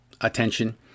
attention